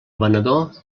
venedor